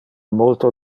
multo